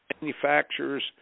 manufacturers